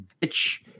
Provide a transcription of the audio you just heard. bitch